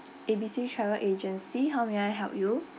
A B C travel agency how may I help you